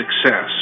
success